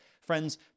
Friends